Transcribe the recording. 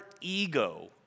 ego